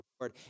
Lord